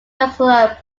vascular